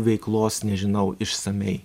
veiklos nežinau išsamiai